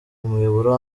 umuyoboro